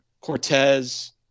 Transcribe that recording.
Cortez